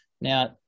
Now